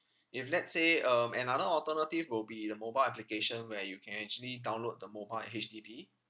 if let's say um another alternative will be the mobile application where you can actually download the mobile at H_D_B